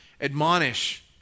admonish